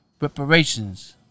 reparations